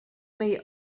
may